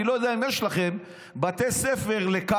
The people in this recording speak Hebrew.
אני לא יודע אם יש לכם בתי ספר לקאדים,